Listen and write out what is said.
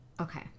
okay